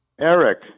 Eric